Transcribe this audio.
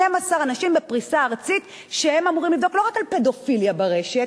12 אנשים בפריסה ארצית שאמורים לבדוק לא רק פדופיליה ברשת,